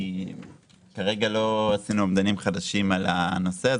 כרגע לא עשינו אומדנים חדשים על הנושא,